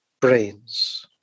brains